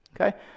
Okay